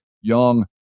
young